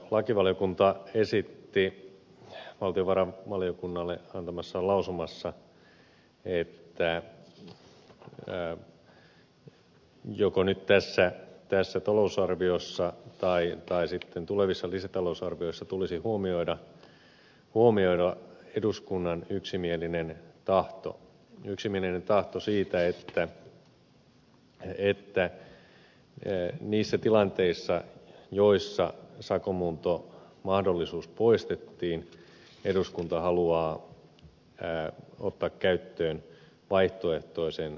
lakivaliokunta esitti valtiovarainvaliokunnalle antamassaan lausunnossa että joko nyt tässä talousarviossa tai tulevissa lisätalousarvioissa tulisi huomioida eduskunnan yksimielinen tahto siitä että niissä tilanteissa joissa sakonmuuntomahdollisuus poistettiin eduskunta haluaa ottaa käyttöön vaihtoehtoisen rangaistuksen